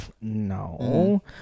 No